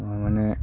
মই মানে